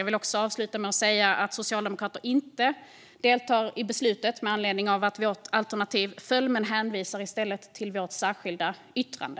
Jag vill också säga att Socialdemokraterna inte deltar i beslutet, med anledning av att vårt budgetalternativ föll. Vi hänvisar i stället till vårt särskilda yttrande.